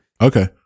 Okay